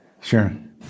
Sharon